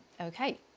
Okay